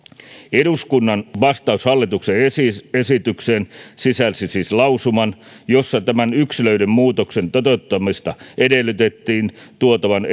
eduskunnan vastaus hallituksen esitykseen sisälsi siis lausuman jossa tämän yksilöidyn muutoksen toteuttamista edellytettiin tuotavan